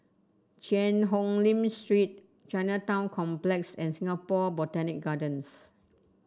Cheang Hong Lim Street Chinatown Complex and Singapore Botanic Gardens